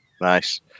Nice